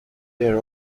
their